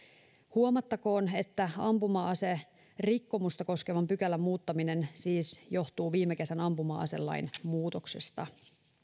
huomattakoon että ampuma aserikkomusta koskevan pykälän muuttaminen siis johtuu viime kesän ampuma aselain muutoksesta